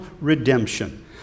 redemption